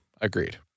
Agreed